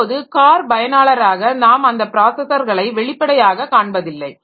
இப்போது கார் பயனாளராக நாம் அந்த ப்ராஸஸர்களை வெளிப்படையாக காண்பதில்லை